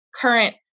current